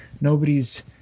Nobody's